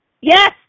Yes